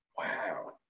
Wow